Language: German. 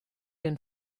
den